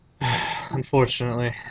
Unfortunately